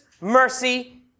mercy